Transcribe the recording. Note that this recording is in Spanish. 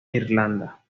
irlanda